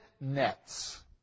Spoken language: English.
nets